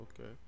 okay